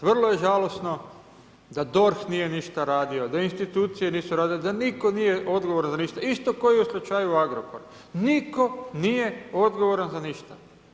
Vrlo je žalosno da DORH nije ništa radio, da institucije nisu radile, da nitko nije odgovoran za ništa, isto ko i u slučaju Agrokora, nitko nije odgovoran za ništa.